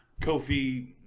Kofi